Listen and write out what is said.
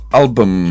album